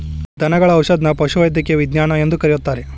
ದನಗಳ ಔಷಧದನ್ನಾ ಪಶುವೈದ್ಯಕೇಯ ವಿಜ್ಞಾನ ಎಂದು ಕರೆಯುತ್ತಾರೆ